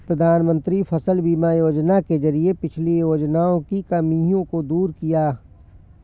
प्रधानमंत्री फसल बीमा योजना के जरिये पिछली योजनाओं की खामियों को दूर किया